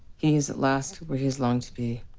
he is at last where he has longed to be.